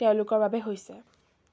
তেওঁলোকৰ বাবে হৈছে